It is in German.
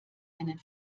einen